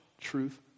truth